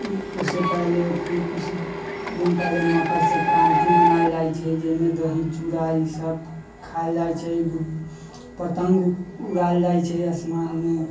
ओइसँ पहिले फिर कुछ दिन पहिले मकर सक्रान्ति मनायल जाइ छै जाहिमे दही चूरा ई सब खायल जाइ छै पतङ्ग उड़ायल जाइ छै आसमानमे